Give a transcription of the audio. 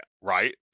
right